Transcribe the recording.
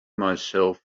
myself